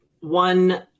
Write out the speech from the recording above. One